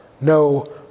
no